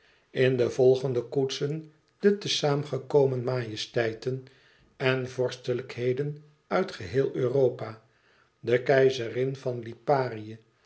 in de volgende koetsen de te zaâmgekomen majesteiten en vorstelijkheden uit geheel europa de keizerin van liparië